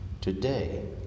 Today